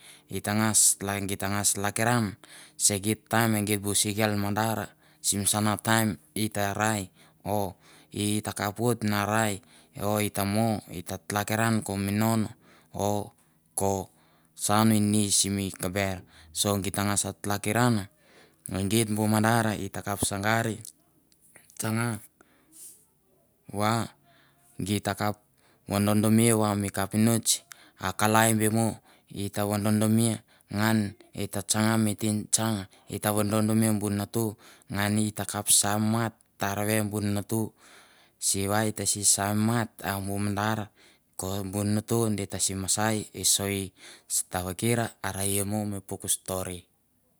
I tangas lak gi tangas tlakiran se geit taim e geit bu single mandar, sim sana taim i ta rai o i ta kap oit na rai o i ta mo i ta tlakiran ko minon o ko saun ni simi kamber, so git ta ngas tlakiran e geit bu mandar i takap sangari tsanga va gi ta kap vododomia va mi kapinots a kalai be mo, i ta vododomia nga ni ta tsanga mi tsing tsang i ta vodondome bu natu ngan i takap sam mat tarave bu natu sivai i ta si sam mat a i bu mandar ko bu natu di ta si masai i soi, tavaker are i mo mi puk stori.